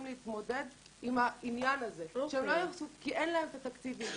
להתמודד עם העניין הזה כי אין להם את התקציבים.